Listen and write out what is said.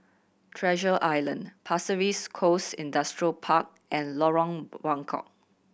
Treasure Island Pasir Ris Coast Industrial Park and Lorong Buangkok